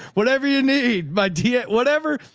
whatever you need, my da, whatever,